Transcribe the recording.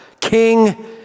king